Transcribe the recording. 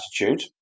attitude